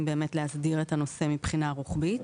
באמת להסדיר את הנושא מבחינה רוחבית.